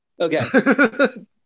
Okay